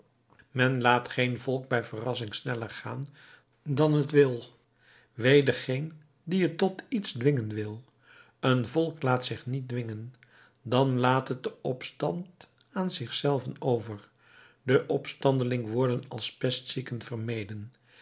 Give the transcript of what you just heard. men laat geen volk bij verrassing sneller gaan dan het wil wee dengeen die het tot iets dwingen wil een volk laat zich niet dwingen dan laat het den opstand aan zich zelven over de opstandelingen worden als pestzieken vermeden